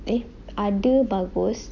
eh ada bagus